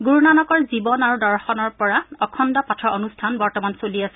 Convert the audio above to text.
গুৰুনানকৰ জীৱন আৰু দৰ্শনৰ পৰা অখণ্ড পাঠৰ অনূষ্ঠান বৰ্তমান চলি আছে